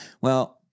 Well-